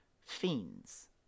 fiends